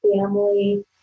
family